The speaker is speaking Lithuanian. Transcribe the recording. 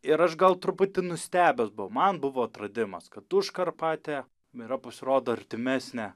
ir aš gal truputį nustebęs buvau man buvo atradimas kad užkarpatė yra pasirodo artimesnė